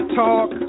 talk